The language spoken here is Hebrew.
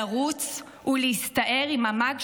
לרוץ ולהסתער עם המא"ג,